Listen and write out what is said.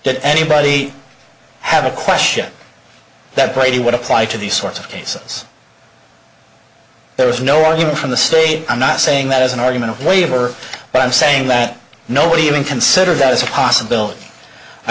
that anybody have a question that brady would apply to these sorts of cases there is no argument from the state i'm not saying that as an argument a waiver but i'm saying that nobody even consider that as a possibility i